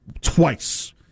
twice